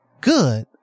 good